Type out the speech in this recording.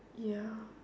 ya